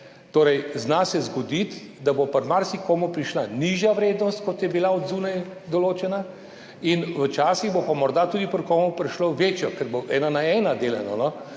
Torej, zna se zgoditi, da bo pri marsikomu prišla nižja vrednost, kot je bila od zunaj določena in včasih bo pa morda tudi pri komu prišlo večjo, ker bo 1 na 1 delano. Iz